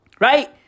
Right